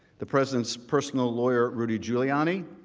the president's personal lawyer rudy giuliani,